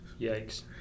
Yikes